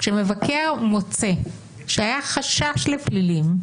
כשמבקר מוצא שהיה חשש לפלילים,